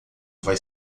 vai